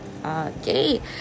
Okay